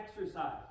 exercise